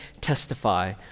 testify